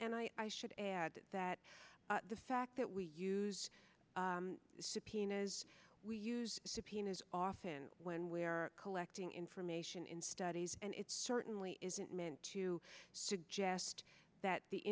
and i should add to that the fact that we use subpoenas we use subpoenas often when we are collecting information in studies and it certainly isn't meant to suggest that the